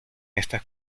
estas